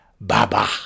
Baba